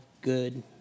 good